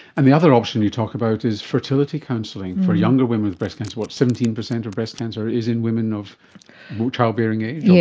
and the other option you talk about is fertility counselling for younger women with breast cancer. what, seventeen percent of breast cancer is in women of childbearing age? yes,